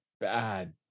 bad